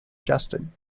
justin